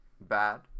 bad